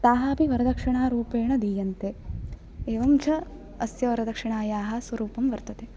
ताः अपि वरदक्षिणा रूपेण दीयन्ते एवं च अस्य वरदक्षिणायाः स्वरूपं वर्तते